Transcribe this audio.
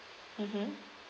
mmhmm